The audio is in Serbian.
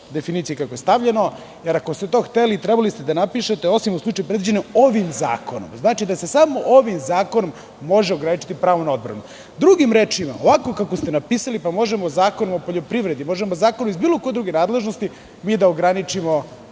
definicija, jer ako ste to hteli, trebali ste da napišete – osim u slučajevima predviđenim ovim zakonom. Znači, da se samo ovim zakonom može ograničiti pravo na odbranu. Drugim rečima, ovako kako ste napisali možemo Zakonom o poljoprivredi, možemo zakonom iz bilo koje druge nadležnosti da ograničimo